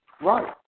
Right